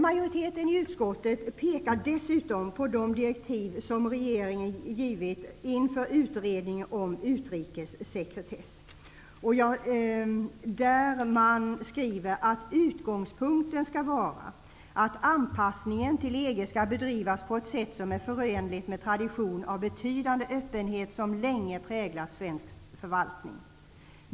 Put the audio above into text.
Majoriteten i utskottet pekar dessutom på de direktiv som regeringen givit inför utredningen om utrikessekretess. Utskottet skriver: ''Utgångspunkten för utredningsarbetet skall vara att anpassningen till EG skall bedrivas på ett sätt som är förenligt med den tradition av betydande öppenhet som så länge präglat svensk förvaltning.